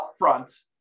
upfront